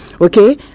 Okay